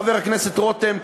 חבר הכנסת רותם.